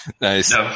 Nice